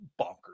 bonkers